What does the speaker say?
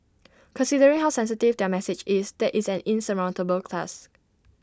considering how sensitive their message is that is an insurmountable class